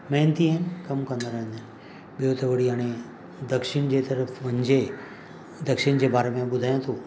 महिनती आहिनि कमु कंदा रहंदा आहिनि ॿियों त वरी हाणे दक्षिण जे तर्फ़ु वञिजे दक्षिण जे बारे में ॿुधायां थो